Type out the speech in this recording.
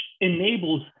enables